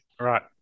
right